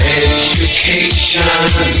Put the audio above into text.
education